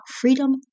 freedom